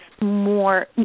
more